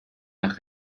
nach